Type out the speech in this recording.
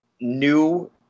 new